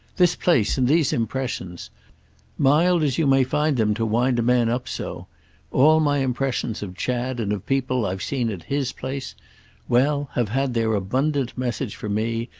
this place and these impressions mild as you may find them to wind a man up so all my impressions of chad and of people i've seen at his place well, have had their abundant message for me,